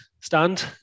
stand